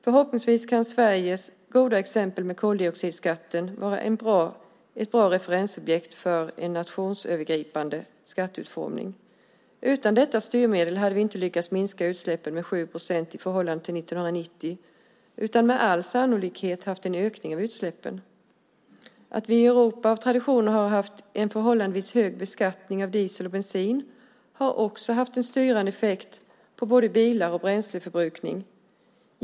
Förhoppningsvis kan Sveriges goda exempel med koldioxidskatten vara ett bra referensobjekt för en nationsövergripande skatteutformning. Utan detta styrmedel hade vi inte lyckats minska utsläppen med 7 procent i förhållande till 1990 års utsläpp utan med all sannolikhet haft en ökning av utsläppen. Att vi i Europa av tradition har haft en förhållandevis hög beskattning av diesel och bensin har också haft en styrande effekt på både bilar och bränsleförbrukning.